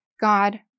God